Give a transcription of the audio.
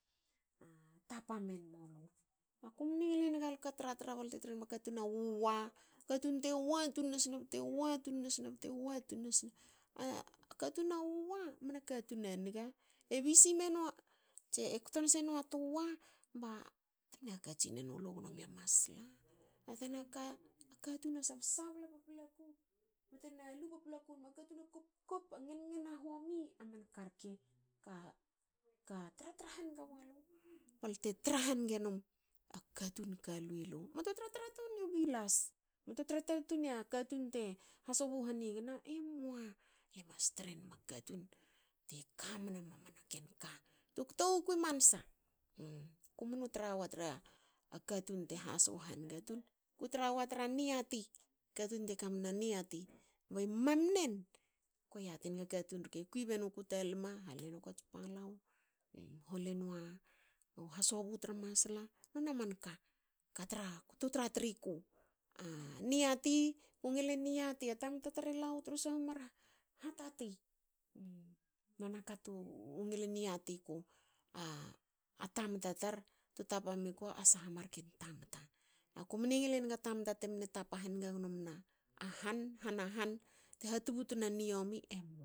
Tapa menmulu. Aku men ngilenaga alka tra- tra balte trenma katun a wuwa. katun te wa tun nasne katun a wuwa mna katun a niga. e busy menua. e tkon senu a tu wa bate mne haka tsinenulu gno mia masla. A tana ka. katun a sab sabla paplaku. bte nalu enma katun a kopkop a ngen ngana homi. A man ka rke ka tra- tra haniga walu balte tra haniga num a katun ka lui lu. Muatu tratra tuni u bilas. muatu tra tra tuni a katun te hasobu hanigna emua. le mas trenma katun te kamna mamana ken ka tu kto wuku i mansa. Kumnu tra tra katun te hasogo hange tun. ku tra wa tra niati. katun teka mna niati. Kba i mamnen ko yati enga katun rke kui benuku ta lma. hale nuku ats palau. hole hasobu tra masla. nona manka tu tri ku. A niati. ku nglin yati a tamta tar e lawu tru sha u mar hatati. nona ka tu ngilin yati ku. A tamta tar tu tapa miku a sha marken tamta. Aku mne ngil enga tamta te mne tapa hange gnomna han. hanahan bte ha tubutna niomi